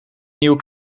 nieuwe